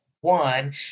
One